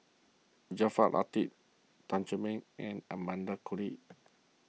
Jaafar Latiff Tan Che Mang and Amanda Koe Lee